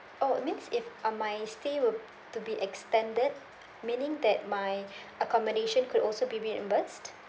oh means if um my stay would to be extended meaning that my accommodation could also be reimbursed